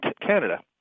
Canada